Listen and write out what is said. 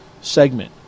segment